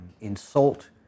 insult